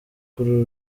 kuri